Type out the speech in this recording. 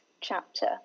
chapter